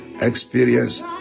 experience